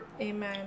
amen